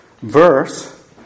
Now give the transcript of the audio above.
verse